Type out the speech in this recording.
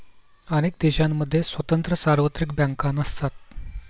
अनेक देशांमध्ये स्वतंत्र सार्वत्रिक बँका नसतात